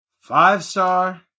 five-star